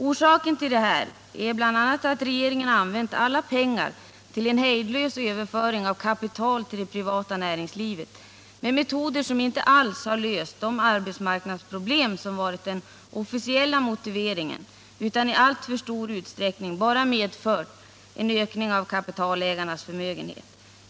Orsaken till detta är att regeringen har använt alla pengar till en hejdlös överföring av kapital till det privata näringslivet med metoder som inte alls har löst de arbetsmarknadsproblem som varit den officiella motiveringen utan som i alltför stor utsträckning bara medfört en ökning av kapitalägarnas förmögenhet.